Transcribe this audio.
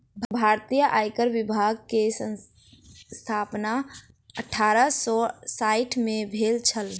भारतीय आयकर विभाग के स्थापना अठारह सौ साइठ में भेल छल